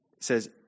says